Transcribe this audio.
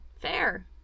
Fair